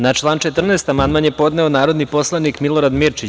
Na član 14. amandman je podneo narodni poslanik Milorad Mirčić.